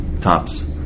tops